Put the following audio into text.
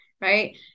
Right